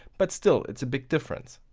but still. it's a big difference.